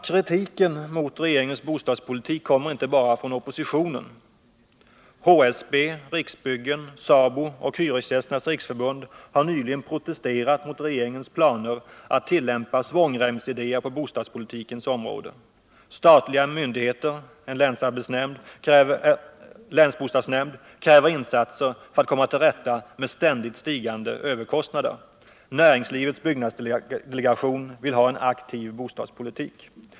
Kritiken mot regeringens bostadspolitik kommer inte bara från oppositionen. HSB, Riksbyggen, SABO och Hyresgästernas riksförbund har nyligen protesterat mot regeringens planer att tillämpa svångrems idéer på bostadspolitikens område. Statliga myndigheter — en länsbostadsnämnd — kräver insatser för att komma till rätta med ständigt stigande överkostnader. Näringslivets byggnadsdelegation vill ha en aktiv bostadspolitik.